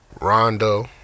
Rondo